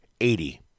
eighty